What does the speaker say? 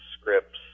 scripts